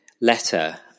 letter